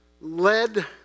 led